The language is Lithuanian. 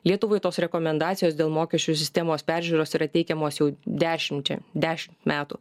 lietuvai tos rekomendacijos dėl mokesčių sistemos peržiūros yra teikiamos jau dešimčia dešimt metų